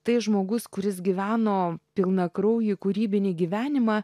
tai žmogus kuris gyveno pilnakraujį kūrybinį gyvenimą